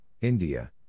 India